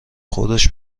خودش